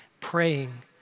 praying